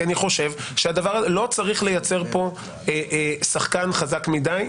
כי אני חושב שלא צריך לייצר פה שחקן חזק מדי,